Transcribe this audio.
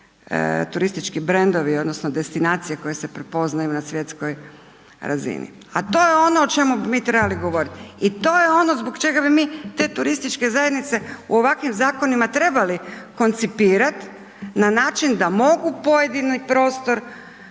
turistički brendovi odnosno destinacije koje se prepoznaju na svjetskoj razini. A to je ono o čemu bi mi trebali govoriti i to je ono zbog čega bi mi te turističke zajednice u ovakvim zakonima trebali koncipirati na način da mogu pojedini prostor